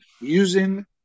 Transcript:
using